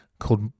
Called